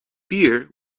beer